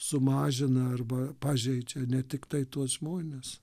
sumažina arba pažeidžia ne tiktai tuos žmones